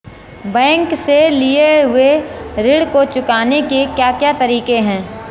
Bank से लिए हुए ऋण को चुकाने के क्या क्या तरीके हैं?